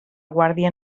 guàrdia